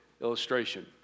illustration